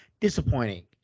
Disappointing